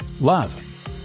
love